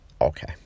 Okay